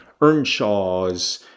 Earnshaws